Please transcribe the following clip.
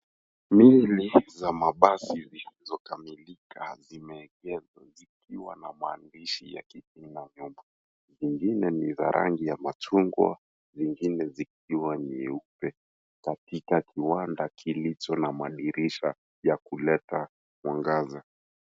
Miili za mabasi zilizokamilika zimeegeshwa zikiwa na mahandishi ya kijina nyuma. Zingine ni za rangi ya machungwa zingine zikiwa ni nyeupe. Katika kiwanda kilicho na madirisha vya kuleta mwangaza.